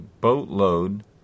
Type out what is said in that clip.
boatload